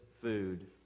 food